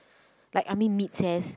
like I mean mid ses